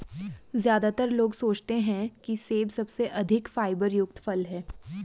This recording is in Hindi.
ज्यादातर लोग सोचते हैं कि सेब सबसे अधिक फाइबर युक्त फल है